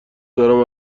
دارم